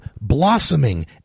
blossoming